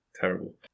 terrible